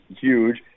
huge